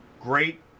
great